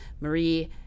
Marie